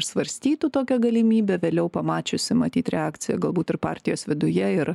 svarstytų tokią galimybę vėliau pamačiusi matyt reakciją galbūt ir partijos viduje ir